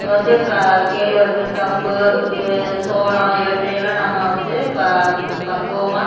வந்து க கேழ்வரகு கம்பு சோளம் இவற்றையெல்லாம் நம்ம வந்து ப பக்குவமாக